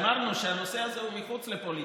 אמרנו שהנושא הזה הוא מחוץ לפוליטיקה.